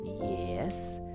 Yes